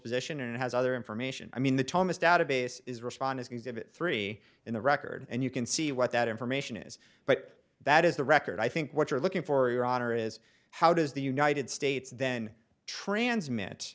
position and has other information i mean the thomas database is respond exhibit three in the record and you can see what that information is but that is the record i think what you're looking for your honor is how does the united states then transmit